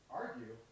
argue